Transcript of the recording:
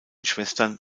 schwestern